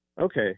Okay